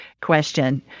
question